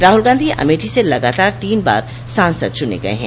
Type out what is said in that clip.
राहुल गांधी अमेठी से लगातार तीन बार सांसद चुने गये हैं